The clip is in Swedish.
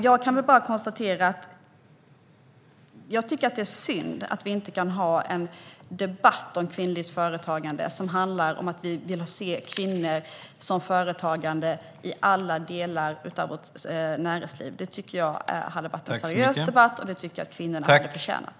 Jag kan bara konstatera att jag tycker att det är synd att vi inte kan ha en debatt om kvinnligt företagande som handlar om att vi vill se kvinnor som företagande i alla delar av vårt näringsliv. Det tycker jag hade varit en seriös debatt, och det tycker jag att kvinnorna hade förtjänat.